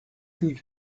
kiuj